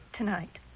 tonight